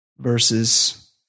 Versus